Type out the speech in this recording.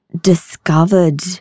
discovered